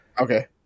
Okay